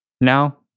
now